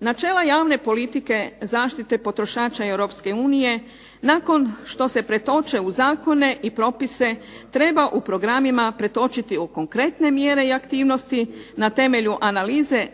Načela javne politike zaštite potrošača Europske unije nakon što se pretoče u zakone i propise treba u programima pretočiti u konkretne mjere i aktivnosti na temelju analize